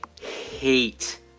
hate